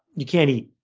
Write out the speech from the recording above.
you can't eat.